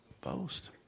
boast